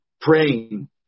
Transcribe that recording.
praying